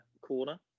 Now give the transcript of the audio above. corner